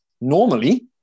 Normally